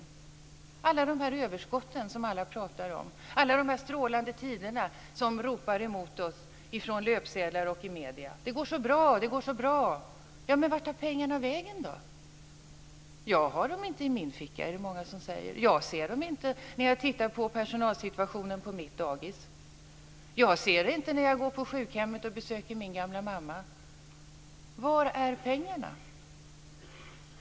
Det handlar om alla de här överskotten, som alla pratar om och om alla de här strålande tiderna, som det ropas om från löpsedlarna och medierna: Det går så bra! Men vart tar pengarna vägen? Det är många som säger: Jag har dem inte i min ficka. Jag ser dem inte när jag tittar på personalsituationen på mitt dagis. Jag ser det inte när jag går till sjukhemmet och besöker min gamla mamma. Var är pengarna?